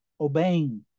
obeying